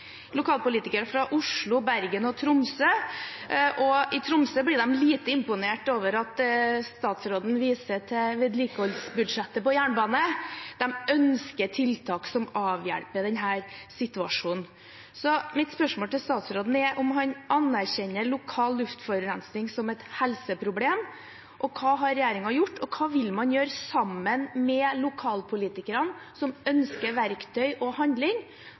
lite imponert over at statsråden viser til vedlikeholdsbudsjettet på jernbane, de ønsker tiltak som avhjelper denne situasjonen. Mitt spørsmål til statsråden er om han anerkjenner lokal luftforurensning som et helseproblem. Hva har regjeringen gjort, og hva vil man gjøre sammen med lokalpolitikerne, som ønsker verktøy og handling